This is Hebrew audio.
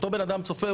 אותו בן-אדם צופה,